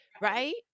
right